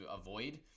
avoid